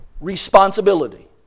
responsibility